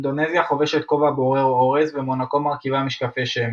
אינדונזיה חובשת כובע בורר אורז ומונקו מרכיבה משקפי שמש.